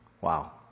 Wow